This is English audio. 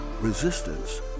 resistance